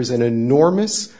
is an enormous